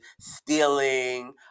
stealing